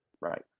Right